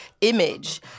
image